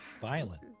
violent